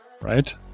right